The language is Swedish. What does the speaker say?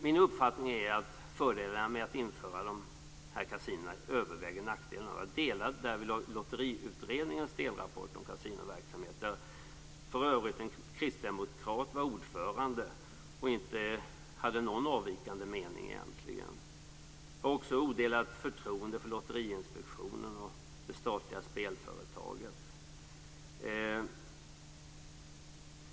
Min uppfattning är att fördelarna med att införa dessa kasinon överväger nackdelarna. Jag delar därvidlag Lotteriutredningens delrapport om kasinoverksamheten. En kristdemokrat var för övrigt ordförande i utredningen och hade egentligen inte någon avvikande mening. Jag har också odelat förtroende för Lotteriinspektionen och det statliga spelföretaget.